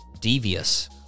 devious